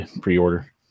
Pre-order